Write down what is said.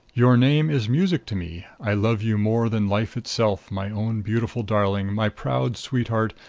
your name is music to me. i love you more than life itself, my own beautiful darling, my proud sweetheart,